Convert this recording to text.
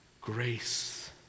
grace